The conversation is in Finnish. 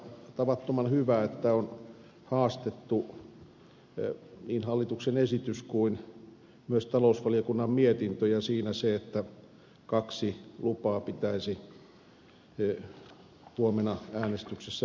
minusta on tavattoman hyvä että on haastettu niin hallituksen esitys kuin myös talousvaliokunnan mietintö ja siinä se että kaksi lupaa pitäisi huomenna äänestyksessä myöntää